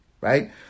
right